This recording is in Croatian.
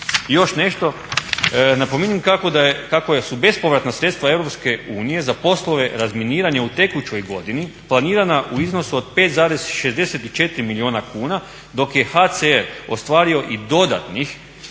još nešto, napominjem kako su bespovratna sredstva Europske unije za poslove razminiranja u tekućoj godini planirana u iznosu od 5,64 milijuna kuna dok je HCR ostvario i dodatnih